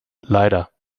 leider